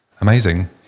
Amazing